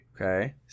Okay